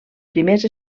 primers